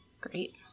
Great